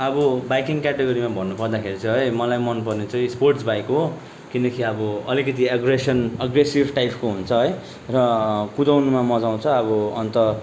अब बाइकिङ क्याटेगोरीमा भन्नु पर्दाखेरि चाहिँ है मलाई मन पर्ने चाहिँ स्पोर्ट्स बाइक हो किनकि अब अलिकति एग्रेसन अग्रेसिभ टाइपको हुन्छ है र कुदाउनुमा मजा आउँछ अब अन्त